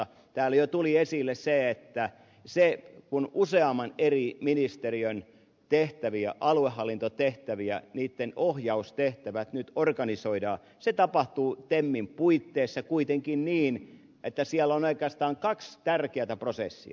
täällä jo tuli esille se että kun useamman eri ministeriön tehtävät aluehallintotehtävät niitten ohjaustehtävät nyt organisoidaan se tapahtuu temmin puitteissa kuitenkin niin että siellä on oikeastaan kaksi tärkeätä prosessia